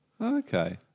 okay